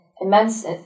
immense